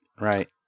right